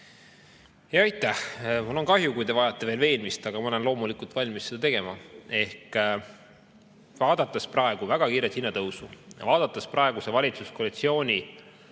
Aitäh! Mul on kahju, kui te vajate veel veenmist, aga ma olen loomulikult valmis seda tegema. Vaatame praegust väga kiiret hinnatõusu, vaatame praeguse valitsuskoalitsiooni,